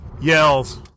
yells